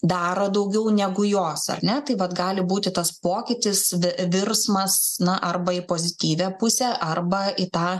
daro daugiau negu jos ar ne tai vat gali būti tas pokytis virsmas na arba į pozityvią pusę arba į tą